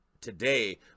today